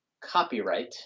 copyright